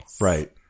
right